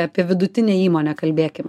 apie vidutinę įmonę kalbėkim